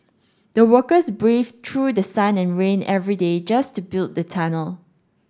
the workers braved through the sun and rain every day just to build the tunnel